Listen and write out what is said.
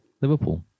Liverpool